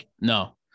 no